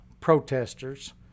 protesters